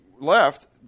left